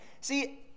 See